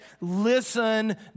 listen